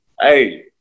hey